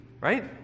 Right